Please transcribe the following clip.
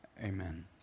amen